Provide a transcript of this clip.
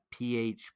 PHP